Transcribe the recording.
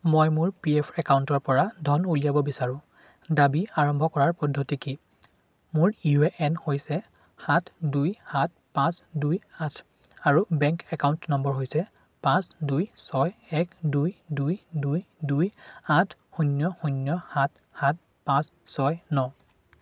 মই মোৰ P F একাউণ্টৰপৰা ধন উলিয়াব বিচাৰোঁ দাবী আৰম্ভ কৰাৰ পদ্ধতি কি মোৰ ইউ এ এন হৈছে সাত দুই সাত পাঁচ দুই আঠ আৰু বেংক একাউণ্ট নম্বৰ হৈছে পাঁচ দুই ছয় এক দুই দুই দুই দুই আঠ শূন্য শূন্য সাত সাত পাঁচ ছয় ন